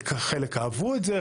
חלק אהבו את זה,